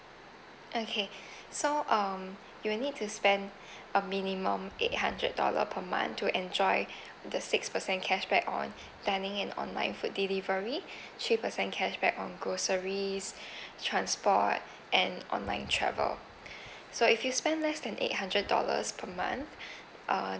okay so um you need to spend a minimum eight hundred dollar per month to enjoy the six percent cashback on dining and online food delivery three percent cashback on groceries transport and online travel so if you spend less than eight hundred dollars per month uh